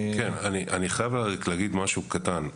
כן, אני חייב אבל להגיד משהו קטן.